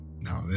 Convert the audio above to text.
no